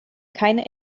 keine